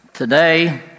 Today